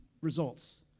results